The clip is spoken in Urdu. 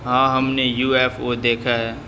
ہاں ہم نے یو ایف او دیکھا ہے